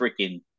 freaking